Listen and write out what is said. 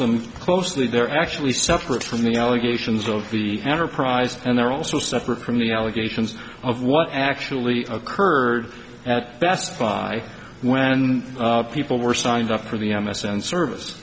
them closely they're actually separate from the allegations of the enterprise and they're also separate from the allegations of what actually occurred at best buy when people were signed up for the m s n service